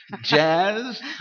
jazz